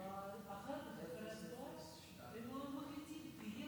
אדוני בשבתו כיושב-ראש יודע היטב שהאמת היא שבכנסות